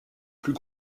plus